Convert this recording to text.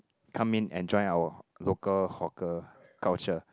come in and join our local hawker culture